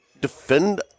defend